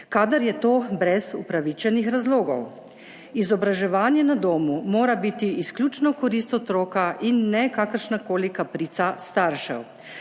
kadar je to brez upravičenih razlogov. Izobraževanje na domu mora biti izključno v korist otroka in ne kakršna koli kaprica staršev.